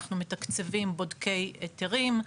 אנחנו מתקציבים בודקי היתרים,